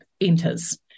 enters